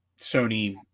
Sony